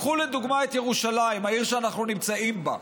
קחו לדוגמה את ירושלים, העיר שאנחנו נמצאים בה.